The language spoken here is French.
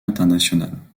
internationale